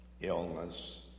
illness